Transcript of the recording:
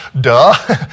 Duh